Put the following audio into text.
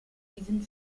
oliven